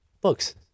books